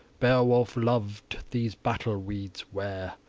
beowulf lov'd, these battle-weeds wear,